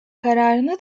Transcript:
kararını